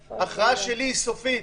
אמר: ההכרעה שלי היא סופית,